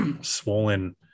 swollen